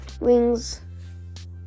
wings